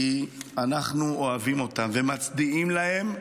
כי אנחנו אוהבים אותם ומצדיעים להם,